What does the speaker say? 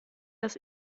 das